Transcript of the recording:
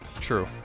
True